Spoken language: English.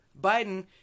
Biden